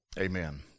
Amen